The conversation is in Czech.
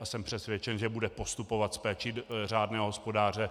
Jsem přesvědčen, že bude postupovat s péčí řádného hospodáře.